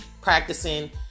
practicing